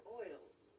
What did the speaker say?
oils